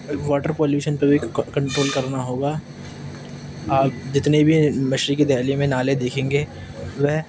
water pollution پر بھی control کرنا ہوگا اور جتنے بھی مشرقی دہلی میں نالے دکھیں گے وہ